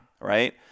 right